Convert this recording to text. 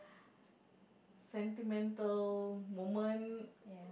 sentimental moment